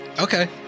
Okay